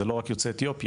זה לא רק יוצאי אתיופיה.